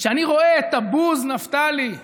כשאני רואה את הבוז, נפתלי,